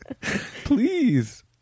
please